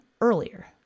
earlier